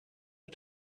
her